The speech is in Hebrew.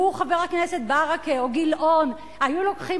לו חבר הכנסת ברכה או גילאון היו לוקחים